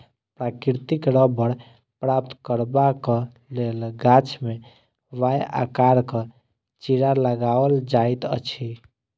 प्राकृतिक रबड़ प्राप्त करबाक लेल गाछ मे वाए आकारक चिड़ा लगाओल जाइत अछि